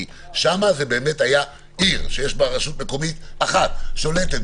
כי שם זאת באמת עיר שיש בה רשות מקומית אחת שולטת,